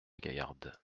gaillarde